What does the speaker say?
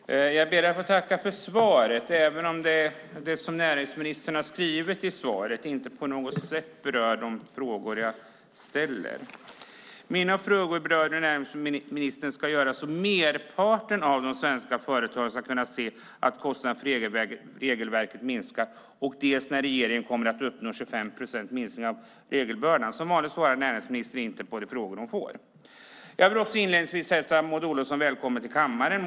Fru talman! Jag ber att få tacka för svaret, även om det som näringsministern säger i svaret inte på något sätt berör på de frågor jag ställer. Mina frågor gällde närmast vad ministern ska göra för att merparten av de svenska företagen ska kunna se att kostnaderna för regelverket minskar och när regeringen kommer att uppnå 25 procents minskning av regelbördan. Som vanligt svarar näringsministern inte på de frågor hon får. Jag vill också inledningsvis hälsa Maud Olofsson välkommen till kammaren.